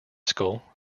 school